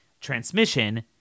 transmission